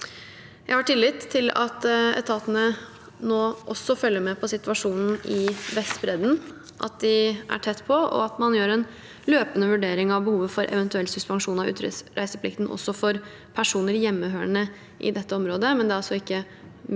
Jeg har tillit til at etatene nå også følger med på situasjonen på Vestbredden, at de er tett på, og at man gjør en løpende vurdering av behovet for eventuell suspensjon av utreiseplikten også for personer hjemmehørende i dette området, men det er altså ikke mitt